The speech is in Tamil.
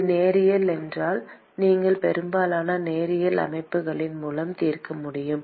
இது நேரியல் என்றால் நீங்கள் பெரும்பாலான நேரியல் அமைப்பின் மூலம் தீர்க்க முடியும்